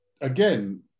again